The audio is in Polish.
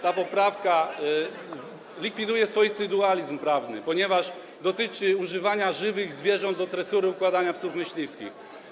Ta poprawka likwiduje swoisty dualizm prawny, ponieważ dotyczy używania żywych zwierząt do tresury i układania psów myśliwskich.